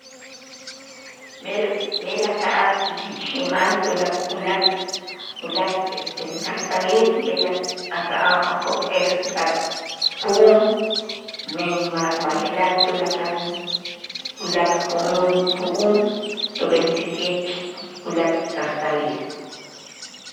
B'el b'el aka'aj ti xi'mal tu laak' ulaak' ulaak' esten kajtalil b'el a- aka'aj a' jok'es ulaak' ju'um men ma' b'aje'laj tulakal ulaak' jo'mul ju'um tub'ensikech ulaak' kajtalil.